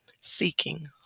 seeking